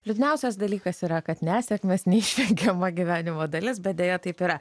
liūdniausias dalykas yra kad nesėkmes neišvengiama gyvenimo dalis bet deja taip yra